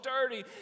dirty